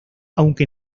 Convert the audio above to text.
aunque